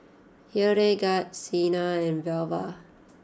Hildegard Cena and Velva